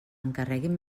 encarreguin